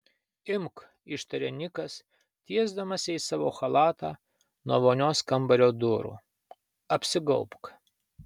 imk ištarė nikas tiesdamas jai savo chalatą nuo vonios kambario durų apsigaubk